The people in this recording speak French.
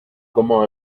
comment